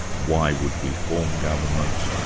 why would we form governments?